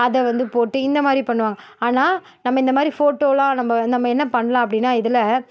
அதை வந்து போட்டு இந்த மாதிரி பண்ணுவாங்க ஆனால் நம்ப இந்த மாதிரி ஃபோட்டோலாம் நம்ப வந் நம்ப என்ன பண்ணலாம் அப்படின்னா இதில்